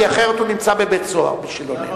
כי אחרת נמצא בבית-סוהר מי שלא נאמן.